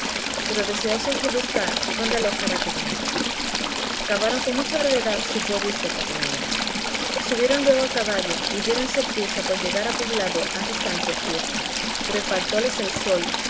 pero deseosos de buscar donde alojar aquella noche acabaron con mucha brevedad su pobre y seca comida subieron luego a caballo y diéronse priesa por llegar a poblado antes que anocheciese pero faltóles el sol